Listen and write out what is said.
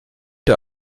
der